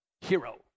hero